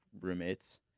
roommates